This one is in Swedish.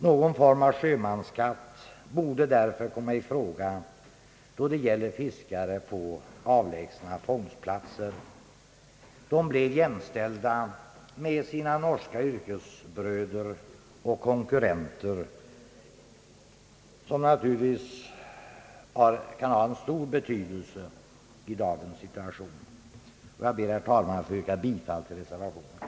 Någon form av sjömansskatt borde därför komma i fråga då det gäller fiskare på avlägsna fångstplatser så att de blir jäm ställda med sina norska yrkeskolleger och konkurrenter, vilket naturligtvis kan ha stor betydelse i dagens situation. Jag ber, herr talman, att få yrka bifall till reservationen.